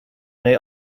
may